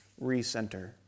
recenter